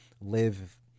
live